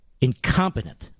incompetent